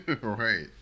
Right